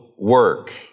Work